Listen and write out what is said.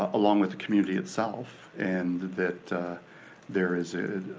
ah along with the community itself. and that there is,